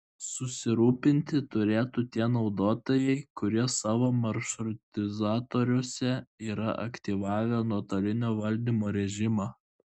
susirūpinti turėtų tie naudotojai kurie savo maršrutizatoriuose yra aktyvavę nuotolinio valdymo režimą